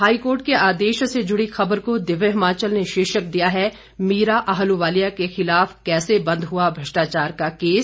high court के आदेश से जुड़ी खबर को दिव्य हिमाचल ने शीर्षक दिया है मीरा आहलुवालिया के खिलाफ कैसे बंद हुआ भ्रष्टाचार का केस